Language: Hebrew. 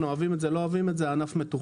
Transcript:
אוהבים את זה, לא אוהבים את זה, הענף מתוכנן.